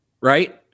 right